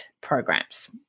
programs